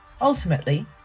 Ultimately